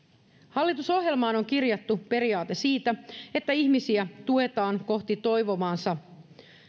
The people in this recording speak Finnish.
hallitusohjelmaan on kirjattu periaate siitä että ihmisiä tuetaan kohti toivomaansa